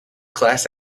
class